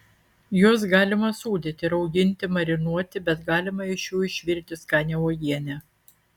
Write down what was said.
juos galima sūdyti rauginti marinuoti bet galima iš jų išvirti skanią uogienę